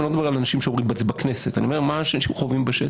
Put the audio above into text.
אני לא מדבר על אנשים שאומרים את זה בכנסת אלא אני אומר מה חווים בשטח.